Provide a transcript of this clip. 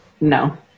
No